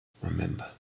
Remember